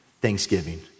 thanksgiving